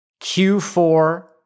Q4